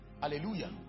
Hallelujah